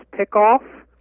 pickoff